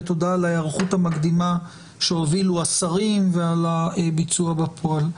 ותודה על ההיערכות המקדימה שהובילו השרים ועל הביצוע בפועל.